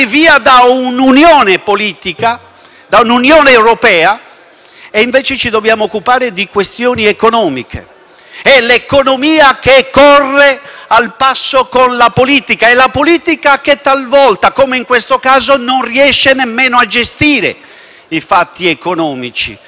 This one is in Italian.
Invece, ci dobbiamo occupare di questioni economiche. È l'economia che corre al passo con la politica; è la politica che talvolta, come in questo caso, non riesce nemmeno a gestire i fatti economici. Per questo siamo qui con il provvedimento